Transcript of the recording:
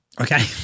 Okay